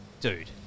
Dude